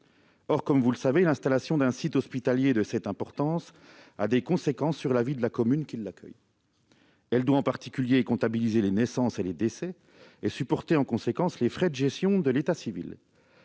Or, comme vous le savez, l'installation d'un site hospitalier de cette importance a des conséquences sur la vie de la commune qui l'accueille. Celle-ci doit en particulier comptabiliser les naissances et les décès et supporter en conséquence les frais de gestion de l'état civil,